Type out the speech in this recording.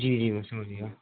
جی جی میں سمجھ گیا